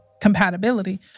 compatibility